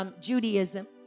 Judaism